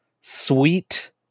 sweet